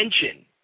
attention